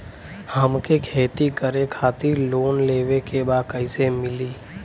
हमके खेती करे खातिर लोन लेवे के बा कइसे मिली?